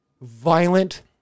violent